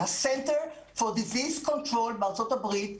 ה-Center for Disease Control בארצות הברית,